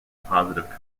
positive